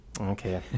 Okay